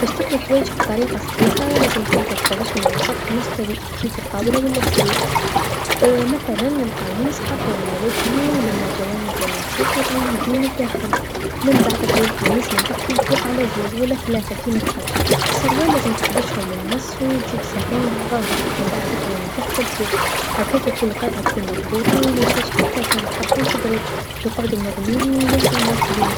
باش تطوي حوايجك بطريقه صحيحه لازم تبدا تفرشهم على سطح مستوي كيف الطاوله و لا السرير مثلا القميص حطو على وجهو لم الجوانب للوسط و طوي اليدين للداخل، منبعد طوي القميص من التحت للفوق على زوز و لا ثلاثه كيما تحب، السروال لازم تكبشهم من النص و تجيب الساقين لبعضاهم منبعد تطوي من التحت للوفوق، هكاك كل قطعه تكون مضبوطه و ميسالش حتى كان تحطهم في الدرج يقعدو منظمين و ياسر مرتبين.